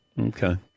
Okay